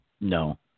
No